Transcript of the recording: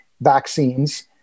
vaccines